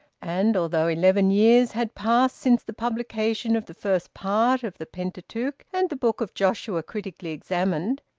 and, although eleven years had passed since the publication of the first part of the pentateuch and the book of joshua critically examined,